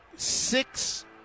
Six